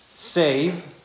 Save